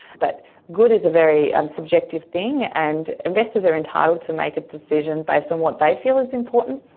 but good is a very um subjective thing and investors are entitled to make a decision based on what they feel is important.